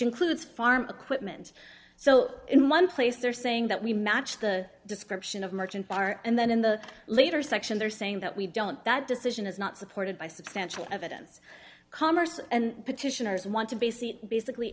includes farm equipment so in one place they're saying that we match the description of merchant bar and then in the later section they're saying that we don't that decision is not supported by substantial evidence commerce and petitioners want to base it basically